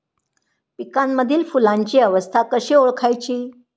पिकांमधील फुलांची अवस्था कशी ओळखायची?